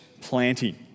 planting